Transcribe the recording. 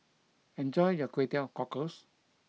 enjoy your Kway Teow Cockles